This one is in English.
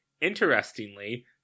Interestingly